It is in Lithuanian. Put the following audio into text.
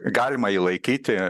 galima jį laikyti